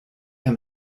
him